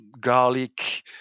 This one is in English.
garlic